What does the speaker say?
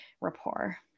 rapport